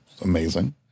Amazing